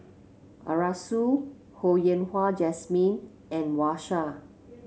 Arasu Ho Yen Wah Jesmine and Wang Sha